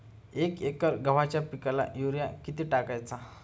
एक एकर गव्हाच्या पिकाला युरिया किती टाकायचा?